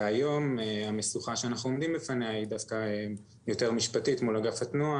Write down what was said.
היום המשוכה שאנחנו עומדים בפניה היא דווקא יותר משפטית מול אגף התנועה.